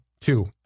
two